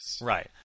Right